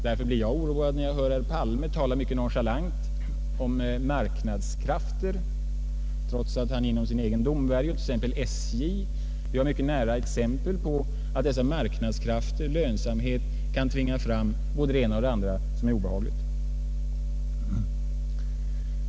Därför blir jag oroad när jag hör herr Palme tala mycket nonchalant om marknadskrafter, trots att han inom sin egen domvärjo, t.ex. SJ, har mycket näraliggande exempel på att dessa marknadskrafter när det gäller lönsamhet tycks kunna tvinga fram både det ena och det andra som är obehagligt.